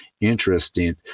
interesting